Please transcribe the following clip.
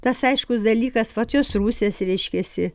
tas aiškus dalykas vat jos rusijos reiškiasi